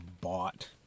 bought